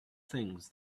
things